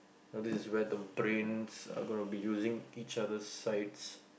you know this is where the brains are gonna be using each other sides